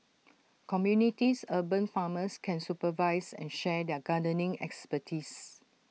communities urban farmers can supervise and share their gardening expertise